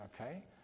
okay